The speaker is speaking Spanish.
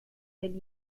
del